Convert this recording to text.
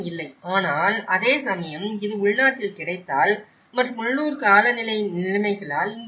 ஆனால் அதேசமயம் இது உள்நாட்டில் கிடைத்ததால் மற்றும் உள்ளூர் காலநிலை நிலைமைகளால் இங்கு இருந்தது